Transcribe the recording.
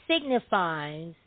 signifies